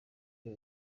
bya